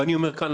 ואני אומר כאן,